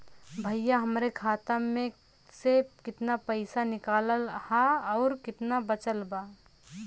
भईया हमरे खाता मे से कितना पइसा निकालल ह अउर कितना बचल बा?